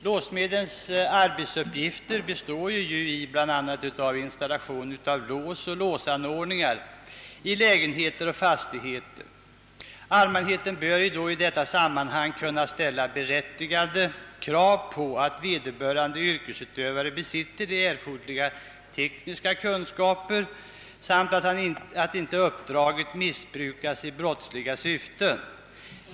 Låssmedens arbete består ju bl.a. av installation av lås och låsanordningar i lägenheter och fastigheter. Allmänheten bör i detta sammanhang kunna ställa berättigade krav på att vederbörande yrkesutövare besitter de erforderliga tekniska kunskaperna samt på att uppdragen inte missbrukas i brottsliga syften.